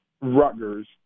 Rutgers